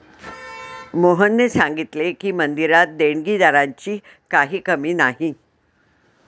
मोहनने सांगितले की, मंदिरात देणगीदारांची काही कमी नाही